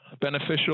beneficial